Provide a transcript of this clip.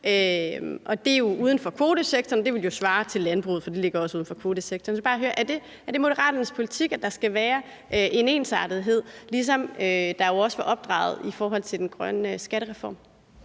CO2. Det er jo uden for kvotesektoren, og det ville svare til landbruget, for det ligger også uden for kvotesektoren. Jeg skal bare høre, om det er Moderaternes politik, at der skal være en ensartethed, ligesom det jo også var opdraget i forhold til den grønne skattereform.